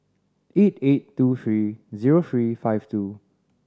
eight eight two three zero three five two